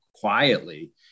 quietly